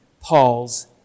Paul's